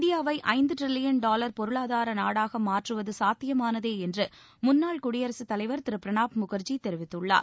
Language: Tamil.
இந்தியாவை ஐந்து டிரில்லியன் டாலர் பொருளாதார நாடாக மாற்றுவது சாத்தியமானதே என்று முன்னாள் குடியரசுத் தலைவர் திரு பிரணாப் முகர்ஜி தெரிவித்துள்ளார்